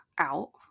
out